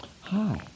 Hi